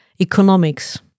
economics